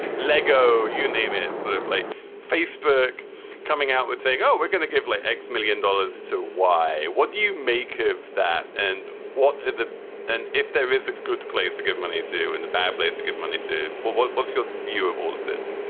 and lego, you name it, sort of like facebook coming out with saying, oh, we're going to give like x million dollars to y. what do you make of that? and what and if there is a good place to give money to and the bad place to give money to. well, what's your view of all of this?